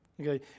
okay